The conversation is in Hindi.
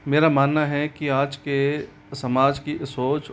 मेरा मानना है कि आज के समाज की सोच